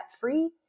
free